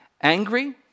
Angry